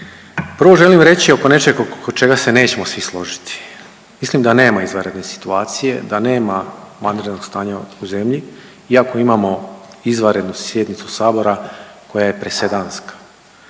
Prvo želim reći oko nečeg oko čega se nećemo svi složiti. Mislim da nema izvanredne situacije, da nema vanrednog stanja u zemlji iako imamo izvanrednu sjednicu sabora koja je presedanska